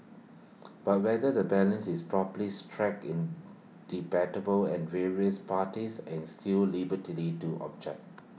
but whether the balance is properly struck in debatable and various parties and still liberty lit to object